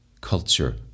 culture